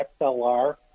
XLR